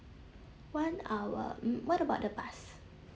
one hour mm what about the bus